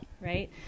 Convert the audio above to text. Right